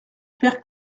père